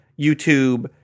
YouTube